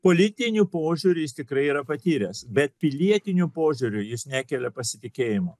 politiniu požiūriu jis tikrai yra patyręs bet pilietiniu požiūriu jis nekelia pasitikėjimo